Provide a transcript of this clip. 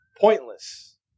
pointless